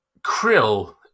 Krill